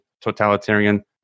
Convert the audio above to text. totalitarian